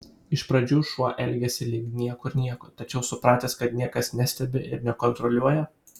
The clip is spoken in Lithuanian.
iš pradžių šuo elgiasi lyg niekur nieko tačiau supratęs kad niekas nestebi ir nekontroliuoja